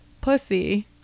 pussy